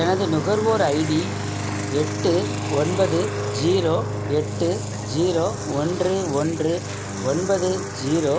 எனது நுகர்வோர் ஐடி எட்டு ஒன்பது ஜீரோ எட்டு ஜீரோ ஒன்று ஒன்று ஒன்பது ஜீரோ